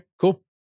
cool